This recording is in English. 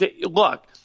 look